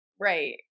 Right